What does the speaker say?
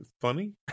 Funny